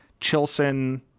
chilson